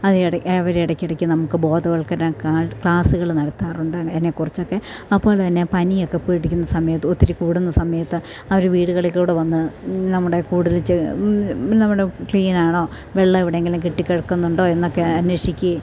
അതെയിടക്ക് അവരുടെയിടക്കിടക്ക് നമുക്ക് ബോധവത്ക്കരണ കാ ക്ലാസ്സുകൾ നടത്താറുണ്ട് അതിനെക്കുറിച്ചൊക്കെ അപ്പോൾ തന്നെ പനിയൊക്കെ പിടിക്കുന്ന സമയത്ത് ഒത്തിരി കൂടുന്ന സമയത്ത് അവർ വീടുകളിൽ കൂടി വന്ന് നമ്മുടെ കൂടുതൽ നമ്മുടെ ക്ലീനാണോ വെള്ളം എവിടെയെങ്കിലും കെട്ടി കിടക്കുന്നുണ്ടോ എന്നൊക്കെ അന്വേഷിക്കുകയും